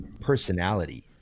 personality